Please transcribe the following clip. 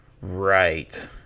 Right